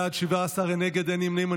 בעד, 17, נגד, אין, אין נמנעים.